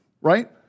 right